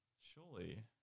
Surely